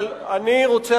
אבל אני רוצה,